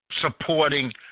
supporting